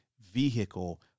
vehicle